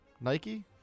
Nike